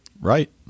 Right